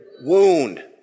wound